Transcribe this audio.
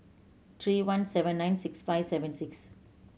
three one seven nine six five seven six